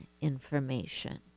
information